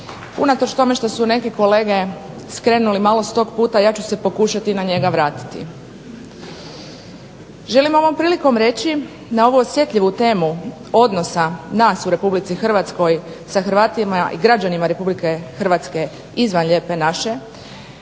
unatoč tome što su neke kolege skrenuli malo s tog puta. Ja ću se pokušati na njega vratiti. Želim ovom prilikom reći na ovu osjetljivu temu odnosa nas u Republici Hrvatskoj sa Hrvatima i građanima Republike Hrvatske izvan Lijepe naše